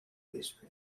vespre